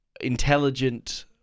intelligent